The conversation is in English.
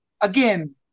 again